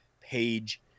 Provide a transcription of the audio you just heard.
page